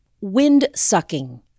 wind-sucking